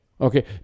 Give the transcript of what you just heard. okay